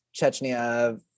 Chechnya